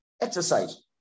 exercise